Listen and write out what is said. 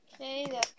Okay